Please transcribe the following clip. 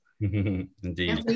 Indeed